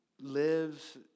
lives